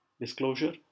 Disclosure